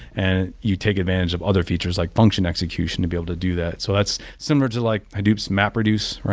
and you take advantage of other features, like function execution to be able to do that so that's similar to like hadoop's mapreduce.